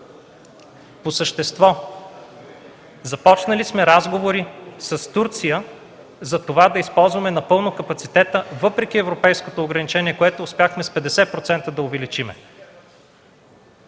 По същество – започнали сме разговори с Турция за това да използваме напълно капацитета въпреки европейското ограничение, което успяхме с 50% да увеличим.